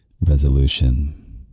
resolution